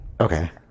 Okay